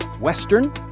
Western